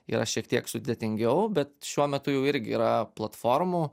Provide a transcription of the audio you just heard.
yra šiek tiek sudėtingiau bet šiuo metu jau irgi yra platformų